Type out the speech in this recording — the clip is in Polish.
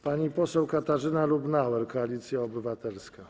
Pani poseł Katarzyna Lubnauer, Koalicja Obywatelska.